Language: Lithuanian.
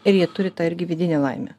ir jie turi tą irgi vidinę laimę